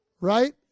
right